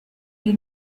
dei